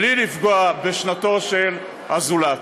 בלי לפגוע בשנתו של הזולת.